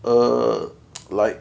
err like